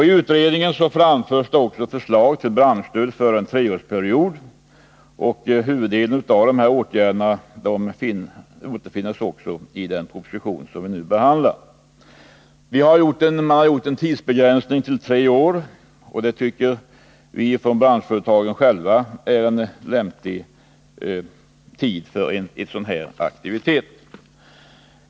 I utredningen framläggs förslag till branschstöd för en treårsperiod. Merparten av förslagen återfinns i den proposition som vi nu behandlar. Tidsbegränsningen gäller för tre år, och det tycker vi från branschföretagens sida lämpar sig väl för en aktivitet av detta slag.